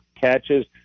catches